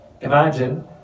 Imagine